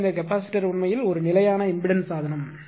எனவே இந்த கெப்பாசிட்டர் உண்மையில் ஒரு நிலையான இம்பெடன்ஸ் சாதனம்